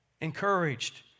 encouraged